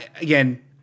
Again